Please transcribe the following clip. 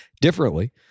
Differently